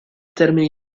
termini